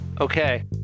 Okay